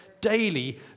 daily